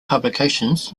publications